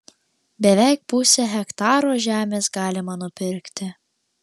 beveik pusę hektaro žemės galima nupirkti